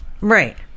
Right